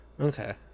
Okay